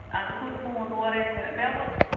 اَدٕ کوٚر فون اورَے مےٚ مےٚ ووٚن